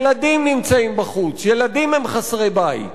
ילדים נמצאים בחוץ, ילדים הם חסרי-בית,